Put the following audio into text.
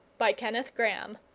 by kenneth grahame